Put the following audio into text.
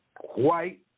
white